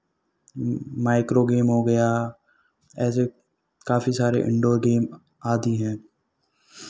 micro game हो गया ऐसे काफ़ी सारे इनडोर गेम आदि हैं